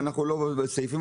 אנחנו לא בסעיפים.